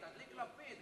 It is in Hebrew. תדליק לפיד,